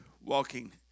walking